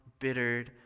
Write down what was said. bittered